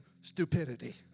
stupidity